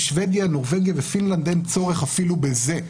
בשבדיה, נורבגיה, ופינלנד אין צורך אפילו בזה.